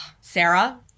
Sarah